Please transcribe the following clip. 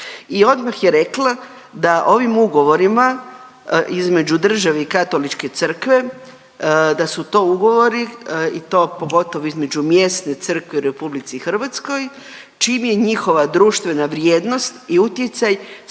i odmah je rekla da ovim ugovorima između države i Katoličke crkve da su to ugovori i to pogotovo između mjesne crkve u RH čim je njihova društvena vrijednost i utjecaj